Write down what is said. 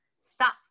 Stop